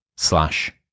Slash